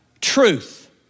truth